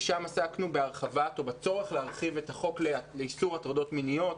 ושם עסקנו בהרחבה או בצורך להרחיב את החוק לאיסור הטרדות מיניות.